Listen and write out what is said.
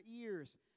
ears